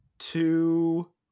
two